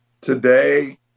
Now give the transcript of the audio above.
today